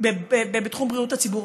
בתחום בריאות הציבור,